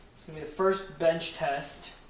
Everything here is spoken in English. first bench test.